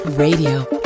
Radio